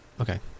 okay